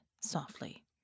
softly